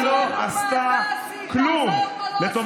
לא עשתה כלום, תגיד מה אתה עשית, לא מה לא עשו.